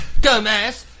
Dumbass